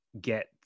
get